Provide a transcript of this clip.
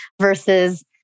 versus